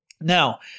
Now